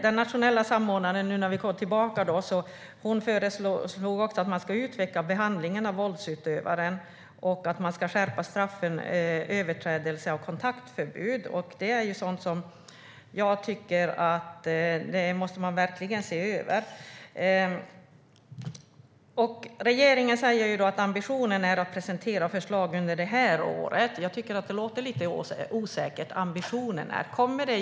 Den nationella samordnaren föreslår också att man ska utveckla behandlingen av våldsutövaren och att man ska skärpa straffet för överträdelse av kontaktförbud. Det är sådant som jag tycker att man verkligen måste se över. Regeringen säger att ambitionen är att presentera förslag under det här året. Jag tycker att det låter lite osäkert med att det är ambitionen.